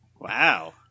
wow